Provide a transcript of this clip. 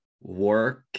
work